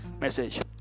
message